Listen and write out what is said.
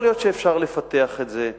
יכול להיות שאפשר לפתח את זה,